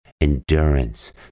endurance